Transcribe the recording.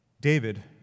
David